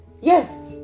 Yes